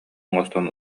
оҥостон